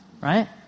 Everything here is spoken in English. right